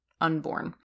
unborn